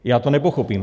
Já to nepochopím.